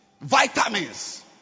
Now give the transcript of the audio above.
vitamins